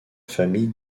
famille